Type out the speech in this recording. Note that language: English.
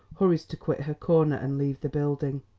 hurries to quit her corner and leave the building.